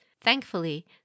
Thankfully